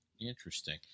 Interesting